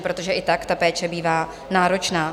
Protože i tak ta péče bývá náročná.